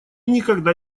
никогда